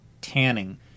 tanning